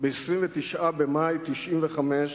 ביום ירושלים ב-29 במאי 1995,